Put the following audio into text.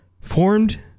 formed